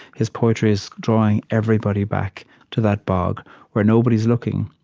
his poetry is drawing everybody back to that bog where nobody's looking,